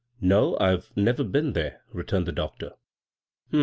no, i've never been there, returned the doctor.